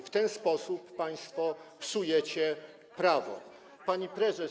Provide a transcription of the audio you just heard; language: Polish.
W ten sposób państwo psujecie prawo. Pani Prezes!